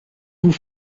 vous